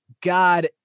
god